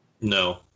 No